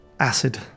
acid